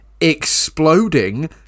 exploding